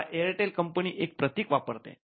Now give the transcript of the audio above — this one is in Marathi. आता एअरटेल कंपनी एक प्रतीक वापरते